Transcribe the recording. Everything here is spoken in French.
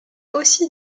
aussi